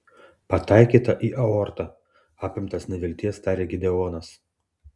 pataikyta į aortą apimtas nevilties tarė gideonas